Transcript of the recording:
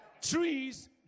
Trees